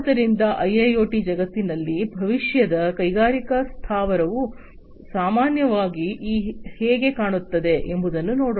ಆದ್ದರಿಂದ ಐಐಒಟಿ ಜಗತ್ತಿನಲ್ಲಿ ಭವಿಷ್ಯದ ಕೈಗಾರಿಕಾ ಸ್ಥಾವರವು ಸಾಮಾನ್ಯವಾಗಿ ಹೇಗೆ ಕಾಣುತ್ತದೆ ಎಂಬುದನ್ನು ನೋಡೋಣ